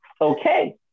Okay